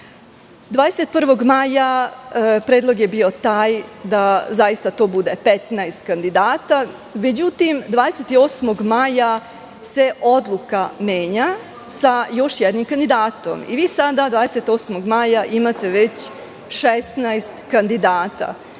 maja, predlog je bio taj da zaista to bude 15 kandidata, međutim 28. maja se odluka menja sa još jednim kandidatom i vi sada 28. maja imate već 16 kandidata.